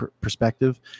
perspective